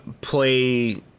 play